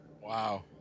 Wow